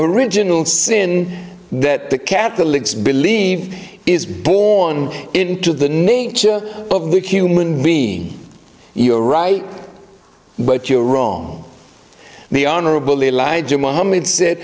original sin that the cat the licks believe is born into the nature of the human being you're right but you're wrong the honorable elijah muhammad said